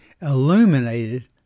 illuminated